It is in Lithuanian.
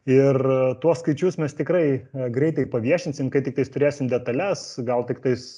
ir tuos skaičius mes tikrai greitai paviešinsim kai tiktais turėsim detales gal tiktais